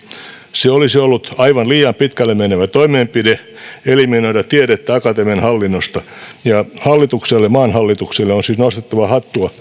se olisi ollut aivan liian pitkälle menevä toimenpide eliminoida tiedettä akatemian hallinnosta ja maan hallitukselle on siis nostettava hattua